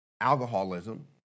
alcoholism